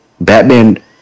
batman